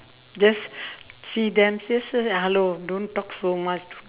just see then say s~ hello don't talk so much